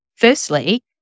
Firstly